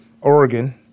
Oregon